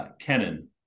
Kennan